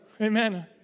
Amen